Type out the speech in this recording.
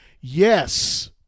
Yes